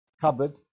cupboard